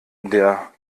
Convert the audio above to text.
der